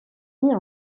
mis